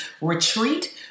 Retreat